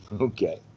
Okay